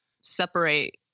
separate